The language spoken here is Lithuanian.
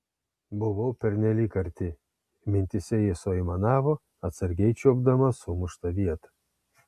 buvau pernelyg arti mintyse ji suaimanavo atsargiai čiuopdama sumuštą vietą